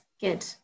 Good